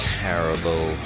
terrible